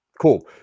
Cool